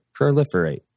proliferate